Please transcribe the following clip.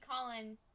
Colin